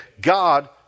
God